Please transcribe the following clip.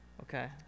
okay